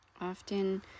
Often